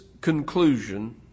conclusion